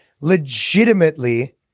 legitimately